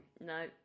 No